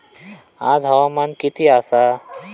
आज हवामान किती आसा?